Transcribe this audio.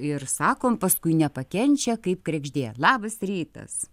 ir sakom paskui nepakenčia kaip kregždė labas rytas